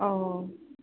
औ